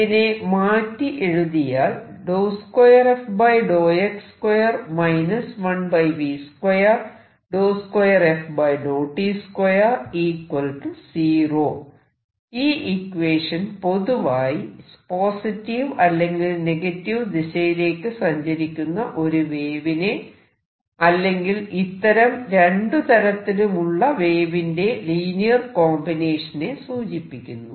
ഇതിനെ മാറ്റി എഴുതിയാൽ ഈ ഇക്വേഷൻ പൊതുവായി പോസിറ്റീവ് അല്ലെങ്കിൽ നെഗറ്റീവ് ദിശയിലേക്കു സഞ്ചരിക്കുന്ന ഒരു വേവിനെ അല്ലെങ്കിൽ ഇത്തരം രണ്ടു തരത്തിലുമുള്ള വേവിന്റെ ലീനിയർ കോംബിനേഷനെ സൂചിപ്പിക്കുന്നു